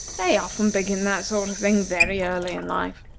they often begin that sort of thing very early in life,